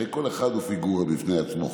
הרי כל אחד הוא פיגורה בפני עצמו,